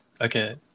okay